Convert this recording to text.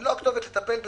אני לא הכתובת לטפל בזה,